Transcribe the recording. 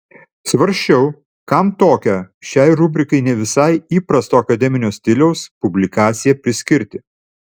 svarsčiau kam tokią šiai rubrikai ne visai įprasto akademinio stiliaus publikaciją priskirti